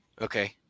okay